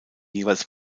jeweils